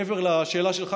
מעבר לשאלה שלך,